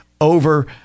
over